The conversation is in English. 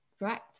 Right